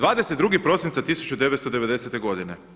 22. prosinca 1990. godine.